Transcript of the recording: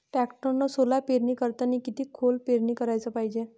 टॅक्टरनं सोला पेरनी करतांनी किती खोल पेरनी कराच पायजे?